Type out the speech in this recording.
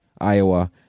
Iowa